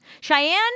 Cheyenne